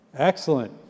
Excellent